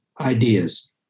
ideas